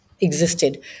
existed